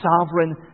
sovereign